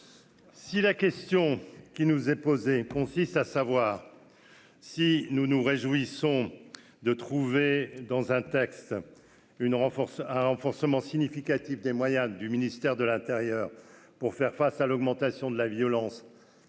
Si la question qui nous est posée, consiste à savoir si nous nous réjouissons de trouver dans un texte, une renforce un renforcement significatif des moyens du ministère de l'Intérieur pour faire face à l'augmentation de la violence